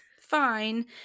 fine